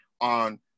on